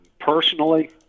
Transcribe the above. personally